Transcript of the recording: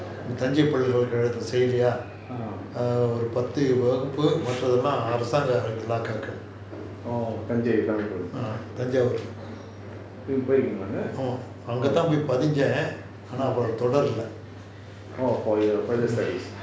ah orh thanjai tamil err நீங்க போயிருகிங்களா அங்க:neenga poirukingala anga orh okay orh for your further studies